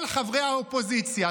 כל חברי האופוזיציה,